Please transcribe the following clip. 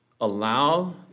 Allow